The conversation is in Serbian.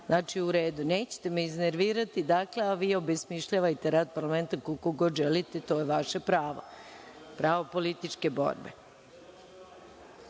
sednica. Nećete me iznervirati, a vi obesmišljavajte rad parlamenta koliko god želite, to je vaše pravo. Pravo političke borbe. Znači,